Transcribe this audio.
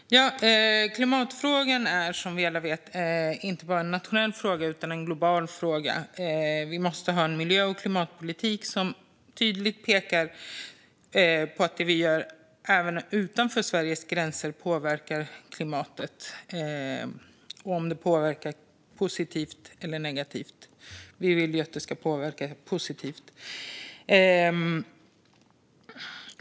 Fru talman! Klimatfrågan är, som vi alla vet, inte bara en nationell fråga utan en global fråga. Vi måste ha en miljö och klimatpolitik som tydligt pekar på att det vi gör utanför Sveriges gränser också påverkar klimatet positivt eller negativt. Vi vill ju att det ska påverka positivt.